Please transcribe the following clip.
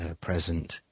present